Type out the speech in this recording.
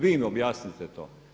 Vi im objasnite to.